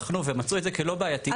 בחנו ומצאו את זה כלא בעייתי.